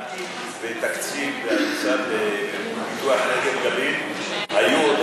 האם בתקציב המשרד לפיתוח הנגב והגליל היו,